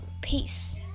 Peace